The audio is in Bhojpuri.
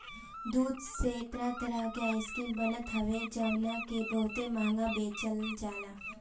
दूध से तरह तरह के आइसक्रीम बनत हवे जवना के बहुते महंग बेचाला